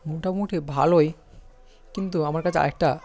মোটামুটি ভালোই কিন্তু আমার কাছে আর একটা